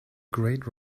great